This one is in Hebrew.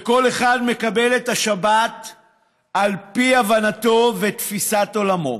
כל אחד מקבל את השבת על פי הבנתו ותפיסת עולמו.